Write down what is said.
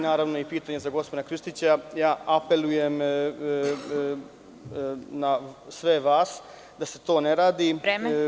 Naravno, pitanje za gospodina Krstića – apelujem na sve vas da se to ne radi.